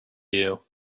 you